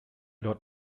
dort